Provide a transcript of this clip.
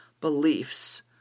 beliefs